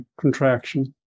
contraction